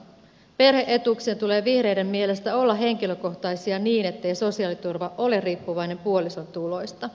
perhe etuuksien tulee vihreiden mielestä olla henkilökohtaisia niin ettei sosiaaliturva ole riippuvainen puolison tuloista